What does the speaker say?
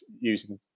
using